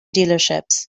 dealerships